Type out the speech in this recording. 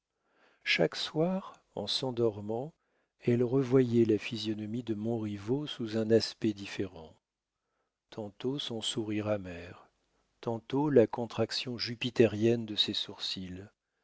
chaque soir en s'endormant elle revoyait la physionomie de montriveau sous un aspect différent tantôt son sourire amer tantôt la contraction jupitérienne de ses sourcils